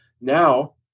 Now